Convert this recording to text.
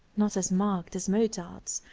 not as marked as mozart's,